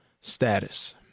status